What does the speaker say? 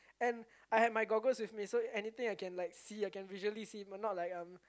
and I had my goggles with me so anything I can like see I can like visually see but not like um